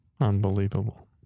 unbelievable